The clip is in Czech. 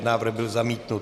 Návrh byl zamítnut.